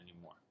anymore